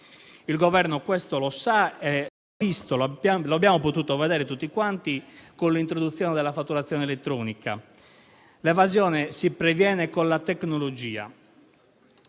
Il Governo questo lo sa e lo abbiamo potuto vedere tutti con l'introduzione della fatturazione elettronica. L'evasione si previene con la tecnologia.